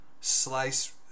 slice